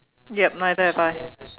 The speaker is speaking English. yup my dad buy